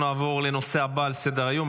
נעבור לנושא הבא על סדר-היום,